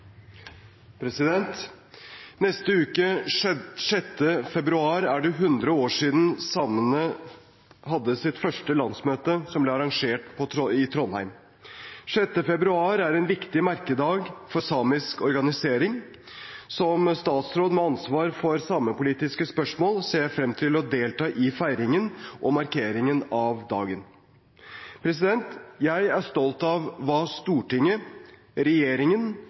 det 100 år siden samene hadde sitt første landsmøte, som ble arrangert i Trondheim. Den 6. februar er en viktig merkedag for samisk organisering. Som statsråd med ansvar for samepolitiske spørsmål ser jeg frem til å delta i feiringen og markeringen av dagen. Jeg er stolt av hva Stortinget, regjeringen